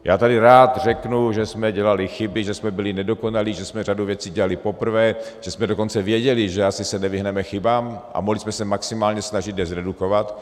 Já tady rád řeknu, že jsme dělali chyby, že jsme byli nedokonalí, že jsme řadu věcí dělali poprvé, že jsme dokonce věděli, že asi se nevyhneme chybám, a mohli jsme se maximálně snažit je zredukovat.